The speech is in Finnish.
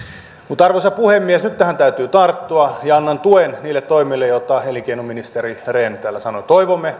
mutta arvoisa puhemies nyt tähän täytyy tarttua ja annan tuen niille toimille joita elinkeinoministeri rehn täällä sanoi toivomme